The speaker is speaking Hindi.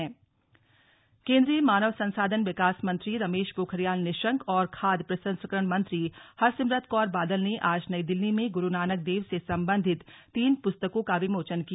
पुस्तक विमोचन केन्द्रीय मानव संसाधन विकास मंत्री रमेश पोखरियाल निशंक और खाद्य प्रसंस्करण मंत्री हरसिमरत कौर बादल ने आज नई दिल्ली में गुरू नानक देव से संबंधित तीन पुस्तकों का विमोचन किया